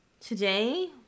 Today